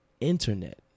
internet